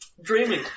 dreaming